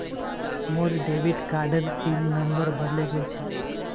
मोर डेबिट कार्डेर PIN number बदले गेल छेक